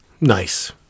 Nice